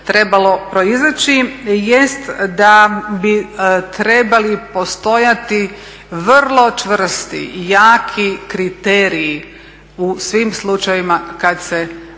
trebalo proizaći jest da bi trebali postojati vrlo čvrsti i jaki kriteriji u svim slučajevima kad se može